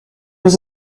was